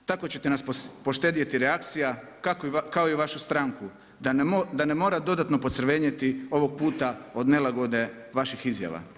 Tako ćete nas poštedjeti reakcija kao i vašu stranku da ne mora dodatno pocrvenjeti ovog puta od nelagode vaših izjava.